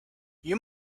you